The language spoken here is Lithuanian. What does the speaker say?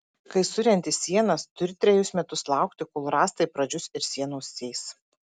kai surenti sienas turi trejus metus laukti kol rąstai pradžius ir sienos sės